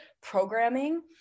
programming